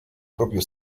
proprio